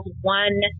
one